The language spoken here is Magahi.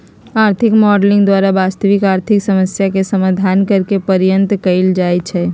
आर्थिक मॉडलिंग द्वारा वास्तविक आर्थिक समस्याके समाधान करेके पर्यतन कएल जाए छै